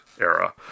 era